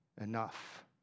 enough